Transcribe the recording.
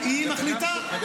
אם אתם מתנגדים,